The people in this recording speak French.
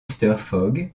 fogg